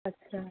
আচ্ছা